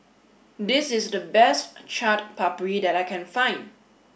this is the best Chaat Papri that I can find